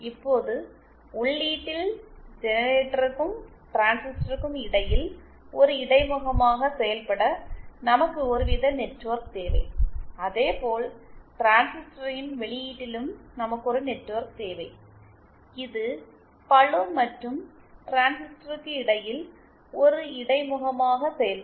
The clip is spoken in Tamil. இப்போது உள்ளீட்டில் ஜெனரேட்டருக்கும் டிரான்சிஸ்டருக்கும் இடையில் ஒரு இடைமுகமாக செயல்பட நமக்கு ஒருவித நெட்வொர்க் தேவை அதேபோல் டிரான்சிஸ்டரின் வெளியீட்டிலும் நமக்கு ஒரு நெட்வொர்க் தேவை இது பளு மற்றும் டிரான்சிஸ்டருக்கு இடையில் ஒரு இடைமுகமாக செயல்படும்